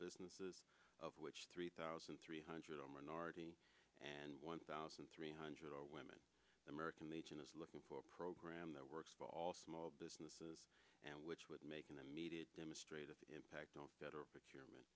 businesses of which three thousand three hundred a minority and one thousand three hundred are women the american legion is looking for a program that works for all small businesses and which would make an immediate demonstrated impact on